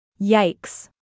Yikes